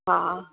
हा